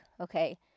okay